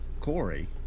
Corey